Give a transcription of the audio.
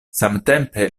samtempe